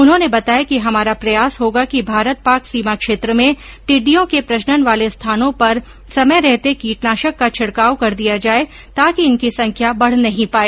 उन्होंने बताया कि हमारा प्रयास होगा कि भारत पाक सीमा क्षेत्र में टिडि्डयों के प्रजनन वाले स्थानों पर समय रहते कीटनाशक का छिडकाव कर दिया जाए ताकि इनकी संख्या बढ़ नहीं पाए